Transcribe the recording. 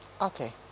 Okay